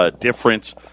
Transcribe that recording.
difference